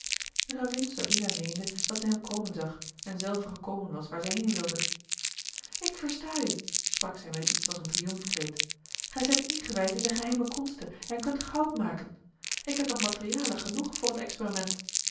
gravin sabina meende dat zij hem komen zag en zelve gekomen was waar zij heen wilde ik versta u sprak zij met iets als een triumfkreet gij zijt ingewijd in de geheime konste en kunt goud maken ik heb nog materialen genoeg voor het experiment